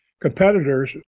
competitors